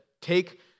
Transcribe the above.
Take